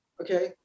okay